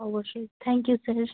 অবশ্যই thank you sir